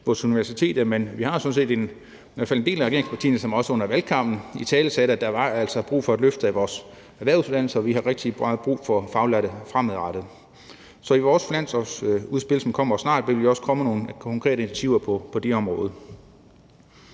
vores universiteter, men der var i hvert fald en del af regeringspartierne, som også under valgkampen italesatte, at der altså var brug for et løft af vores erhvervsuddannelser, og vi har rigtig meget brug for faglærte fremadrettet. Så i vores finanslovsudspil, som kommer snart, vil vi også komme med nogle konkrete initiativer på det område.